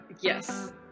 yes